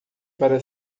para